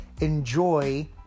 enjoy